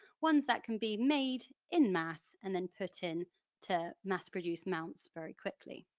ones that can be made in mass and then put in to mass-produced mounts very quickly.